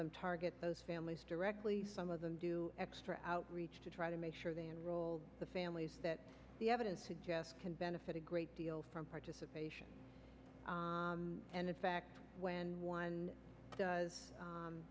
them target those families directly some of them do extra outreach to try to make sure they enroll the families that the evidence suggests can benefit a great deal from participation and in fact when one does